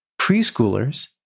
preschoolers